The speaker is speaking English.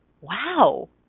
Wow